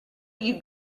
you